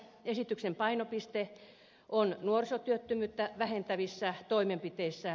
esityksen painopiste on nuorisotyöttömyyttä vähentävissä toimenpiteissä